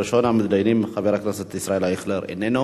ראשון המתדיינים, חבר הכנסת ישראל אייכלר, איננו.